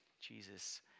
Jesus